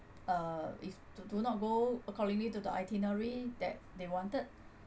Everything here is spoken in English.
uh is do do not go accordingly to the itinerary that they wanted